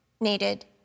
needed